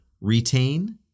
retain